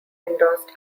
endorsed